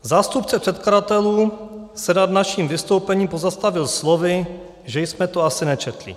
Zástupce předkladatelů se nad naším vystoupením pozastavil slovy, že jsme to asi nečetli.